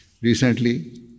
Recently